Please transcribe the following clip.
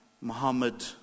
Muhammad